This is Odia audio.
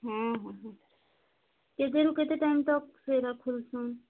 ହୁଁ ହୁଁ କେତେରୁ କେତେ ଟାଇମ ତକ ସେଟା ଖୋଲୁଛି